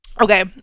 Okay